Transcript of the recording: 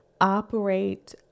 operate